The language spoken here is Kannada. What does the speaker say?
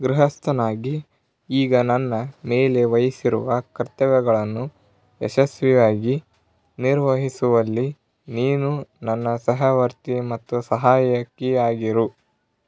ಗೃಹಸ್ಥನಾಗಿ ಈಗ ನನ್ನ ಮೇಲೆ ವಹಿಸಿರುವ ಕರ್ತವ್ಯಗಳನ್ನು ಯಶಸ್ವಿಯಾಗಿ ನಿರ್ವಹಿಸುವಲ್ಲಿ ನೀನು ನನ್ನ ಸಹವರ್ತಿಯು ಮತ್ತು ಸಹಾಯಕಿಯಾಗಿರು